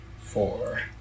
Four